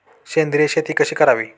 सेंद्रिय शेती कशी करावी?